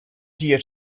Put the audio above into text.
dear